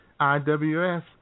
IWS